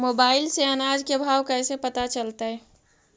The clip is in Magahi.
मोबाईल से अनाज के भाव कैसे पता चलतै?